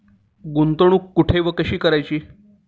गुंतवणूक कुठे व कशी करायची?